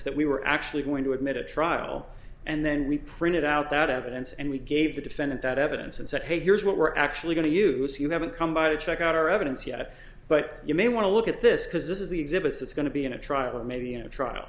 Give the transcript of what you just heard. were actually going to admit a trial and then we printed out that evidence and we gave the defendant that evidence and said hey here's what we're actually going to use you haven't come by to check out our evidence yet but you may want to look at this because this is the exhibits it's going to be in a trial or maybe in a trial